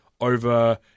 over